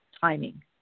timing